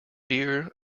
dear